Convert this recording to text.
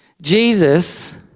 Jesus